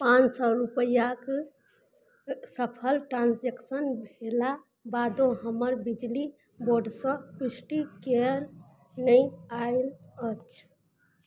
पाँच सओ रूपैआके सफल ट्रानजेक्सन भेला बादो हमर बिजली बोर्डसँ पुष्टि किए नहि आयल अछि